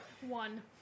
One